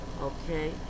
Okay